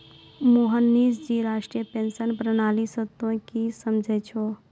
मोहनीश जी राष्ट्रीय पेंशन प्रणाली से तोंय की समझै छौं